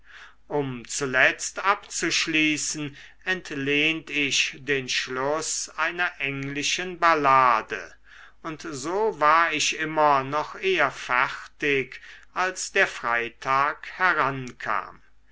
um zuletzt abzuschließen entlehnt ich den schluß einer englischen ballade und so war ich immer noch eher fertig als der freitag herankam